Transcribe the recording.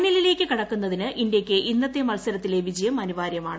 ഫൈനലിലേയ്ക്ക് കടക്കുന്നതിന് ഇന്ത്യയ്ക്ക് ഇന്നത്തെ മത്സരത്തിലെ വിജയം അനിവാര്യമാണ്